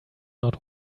not